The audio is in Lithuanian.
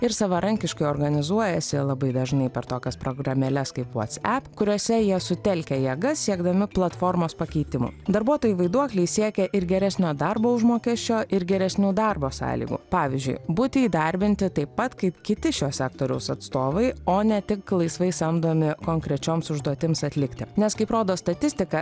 ir savarankiškai organizuojasi labai dažnai per tokias programėles kaip whatsapp kuriose jie sutelkia jėgas siekdami platformos pakeitimų darbuotojai vaiduokliai siekia ir geresnio darbo užmokesčio ir geresnių darbo sąlygų pavyzdžiui būti įdarbinti taip pat kaip kiti šio sektoriaus atstovai o ne tik laisvai samdomi konkrečioms užduotims atlikti nes kaip rodo statistika